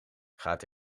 gaat